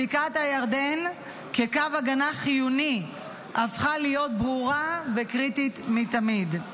בקעת הירדן כקו הגנה חיוני הפכה להיות ברורה וקריטית מתמיד.